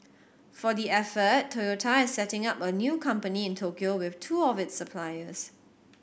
for the effort Toyota is setting up a new company in Tokyo with two of its suppliers